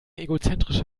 egozentrische